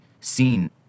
seen